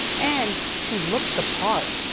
and she looked the part.